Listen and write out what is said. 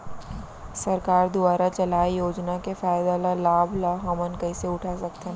सरकार दुवारा चलाये योजना के फायदा ल लाभ ल हमन कइसे उठा सकथन?